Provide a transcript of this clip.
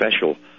special